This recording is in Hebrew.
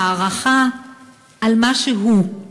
לילד הזכות להערכה על מה שהוא.